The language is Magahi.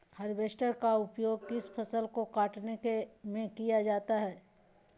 हार्बेस्टर का उपयोग किस फसल को कटने में किया जाता है?